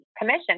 commission